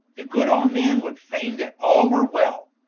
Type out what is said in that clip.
the good old man would faine that all were wel,